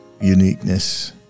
uniqueness